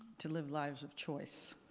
to live lives of choice,